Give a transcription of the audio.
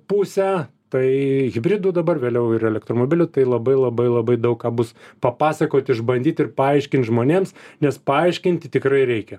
pusę tai hibridų dabar vėliau ir elektromobilių tai labai labai labai daug ką bus papasakoti išbandyti ir paaiškint žmonėms nes paaiškinti tikrai reikia